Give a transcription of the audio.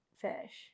fish